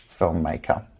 filmmaker